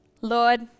Lord